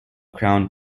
crown